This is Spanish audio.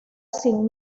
sin